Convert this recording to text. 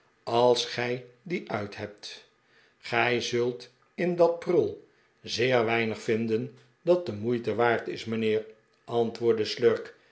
als gij die uit hebt gij zult in dat prul zeer weinig vinden dat de moeite waard is mijnheer antwoordde slurk